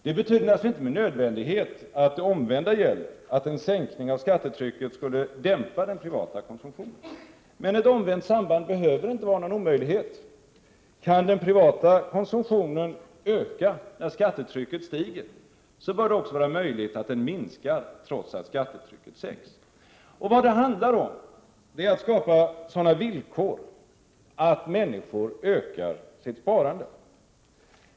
Det betyder naturligtvis inte med nödvändighet att det omvända gäller, att en sänkning av skattetrycket skulle dämpa den privata konsumtionen, men ett omvänt samband behöver inte vara någon omöjlighet. Kan den privata konsumtionen öka då skattetrycket stiger, bör det också vara möjligt att den minskar trots att skattetrycket sänks. Vad det handlar om är att skapa sådana villkor att människor ökar sitt sparande.